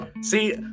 See